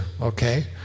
okay